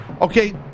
Okay